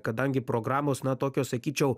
kadangi programos na tokio sakyčiau